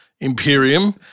Imperium